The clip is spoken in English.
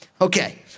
okay